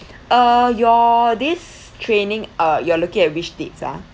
uh your this training uh you are looking at which date ha